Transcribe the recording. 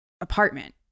apartment